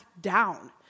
down